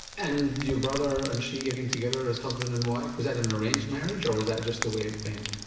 and your brother and she getting together as husband and wife, was that an arranged marriage or was that just the way it went?